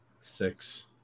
six